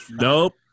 nope